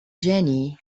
jenny